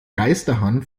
geisterhand